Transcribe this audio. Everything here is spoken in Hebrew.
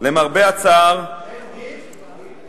אין גיל?